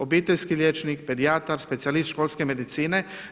Obiteljski liječnik, pedijatar, specijalist školske medicine?